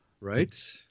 Right